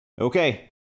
Okay